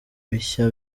bishya